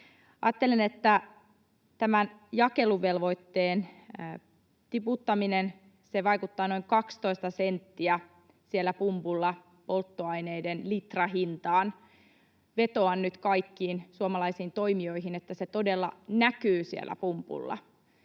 Ajattelen, että tämän jakeluvelvoitteen tiputtaminen vaikuttaa noin 12 senttiä siellä pumpulla polttoaineiden litrahintaan. Vetoan nyt kaikkiin suomalaisiin toimijoihin, että se todella näkyy siellä